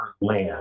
land